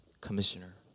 commissioner